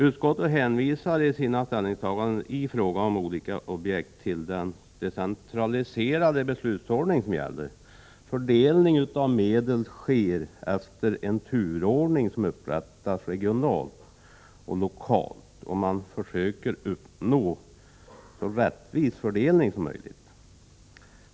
Utskottet hänvisar vid sina ställningstaganden, i fråga om olika objekt, till den decentraliserade beslutsordning som gäller. Fördelning av medel sker efter en turordning som upprättas regionalt och lokalt, och man försöker uppnå en så rättvis fördelning som möjligt.